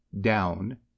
down